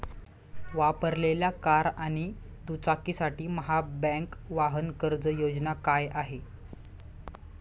वापरलेल्या कार आणि दुचाकीसाठी महाबँक वाहन कर्ज योजना काय आहे?